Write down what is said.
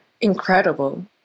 incredible